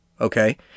okay